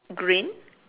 green